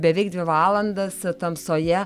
beveik dvi valandas tamsoje